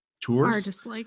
tours